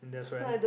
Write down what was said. that is when